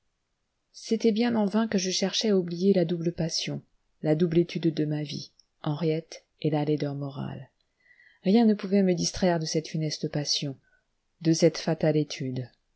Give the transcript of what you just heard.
c'était bien en vain que je cherchais à oublier la double passion la double étude de ma vie henriette et la laideur morale rien ne pouvait me distraire de cette funeste passion de cette fatale étude